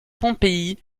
pompéi